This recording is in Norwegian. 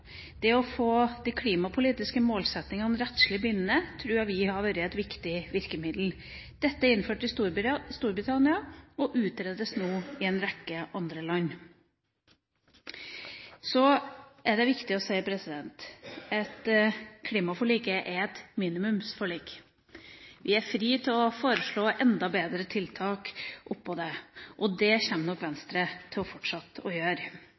Det å få de klimapolitiske målsettingene rettslig bindende tror vi hadde vært et viktig virkemiddel. Dette er innført i Storbritannia og utredes nå i en rekke andre land. Så er det viktig å si at klimaforliket er et minimumsforlik. Vi er frie til å foreslå enda bedre tiltak oppå det, og det kommer nok Venstre til å fortsette å gjøre.